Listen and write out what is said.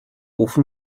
ofen